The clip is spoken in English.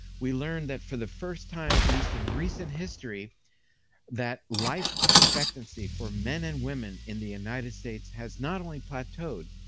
we learned that for the first time at least in recent history that life expectancy for men and women in the united states has not only plateaued,